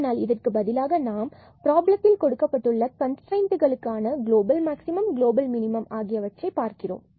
ஆனால் அதற்கு பதிலாக நாம் ப்ராப்ளம்த்திற்கான கொடுக்கப்பட்டுள்ள கன்ஸ்ட்ரெய்ண்டளுக்கான க்ளோபல் மேக்ஸிமம் க்ளோபல் மினிமம் ஆகியவற்றை பார்க்கிறோம்